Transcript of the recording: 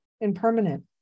impermanent